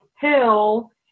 hill